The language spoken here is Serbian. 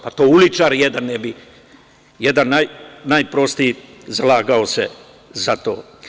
Pa to uličar ne bi, jedan najprostiji, zalagao se za to.